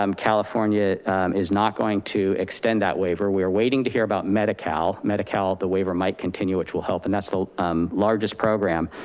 um california is not going to extend that waiver. we are waiting to hear about medi-cal. medi-cal, the waiver might continue, which will help and that's the um largest program.